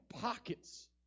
pockets